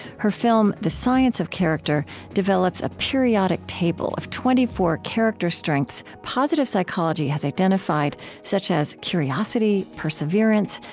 her film the science of character develops a periodic table of twenty four character strengths positive psychology has identified, such as curiosity, perseverance,